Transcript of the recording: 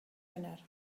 wener